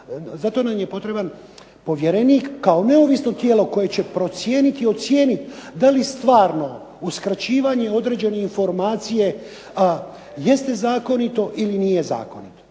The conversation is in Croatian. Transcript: zato nam je potreban povjerenik kao neovisno tijelo koje će procijeniti i ocijeniti da li stvarno uskraćivanje određene informacije jeste zakonito ili nije zakonito.